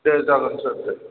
दे जागोन सार दे